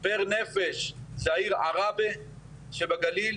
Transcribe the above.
פר נפש, זו העיר עראבה שבגליל?